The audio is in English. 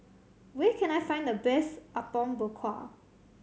where can I find the best Apom Berkuah